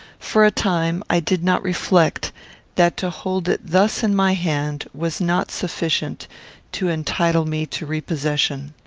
for a time i did not reflect that to hold it thus in my hand was not sufficient to entitle me to repossession.